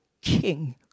king